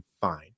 Fine